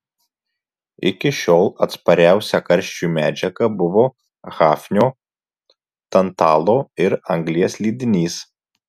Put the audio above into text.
iki šiol atspariausia karščiui medžiaga buvo hafnio tantalo ir anglies lydinys